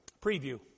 Preview